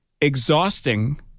exhausting